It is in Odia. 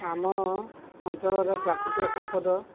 ଆମ ଅଞ୍ଚଳର ପ୍ରାକୃତିକ ସମ୍ପଦ